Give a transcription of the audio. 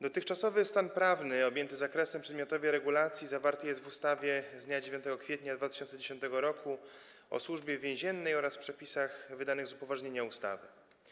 Dotychczasowy stan prawny objęty zakresem przedmiotowej regulacji zawarty jest w ustawie z dnia 9 kwietnia 2010 r. o Służbie Więziennej oraz w przepisach wydanych z upoważnienia ustawy.